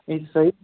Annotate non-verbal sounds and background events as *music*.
یہِ چھِ *unintelligible*